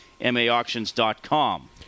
maauctions.com